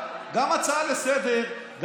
גם הצעה לסדר-היום,